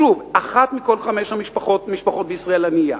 שוב, "אחת מכל חמש משפחות בישראל ענייה.